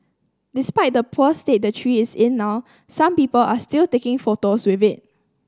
despite the poor state the tree is in now some people are still taking photos with it